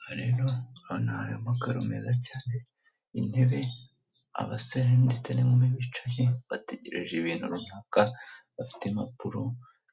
Aha rero turabona hari amakaro meza cyane, intebe, abasore ndetse n'inkumi bicaye bategereje ibintu runaka bafite impapuro